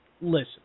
Listen